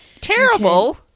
Terrible